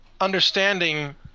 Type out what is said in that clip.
understanding